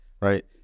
right